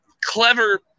clever